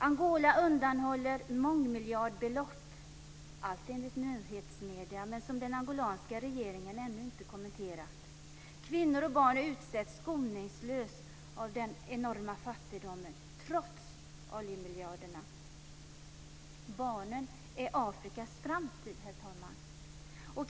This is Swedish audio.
Angola undanhåller mångmiljardbelopp, allt enligt nyhetsmedier - något som den angolanska regeringen ännu inte har kommenterat. Kvinnor och barn utsätts skoningslöst till följd av den enorma fattigdomen, trots oljemiljarderna. Barnen är Afrikas framtid, herr talman!